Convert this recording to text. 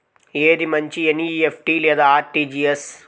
ఏది మంచి ఎన్.ఈ.ఎఫ్.టీ లేదా అర్.టీ.జీ.ఎస్?